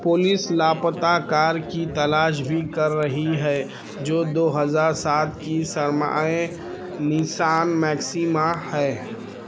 police لاپتا car کی تلاش بھی کر رہی ہے جو دو ہزار سات کی سرمائے نسان میکسیما ہے